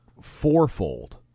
fourfold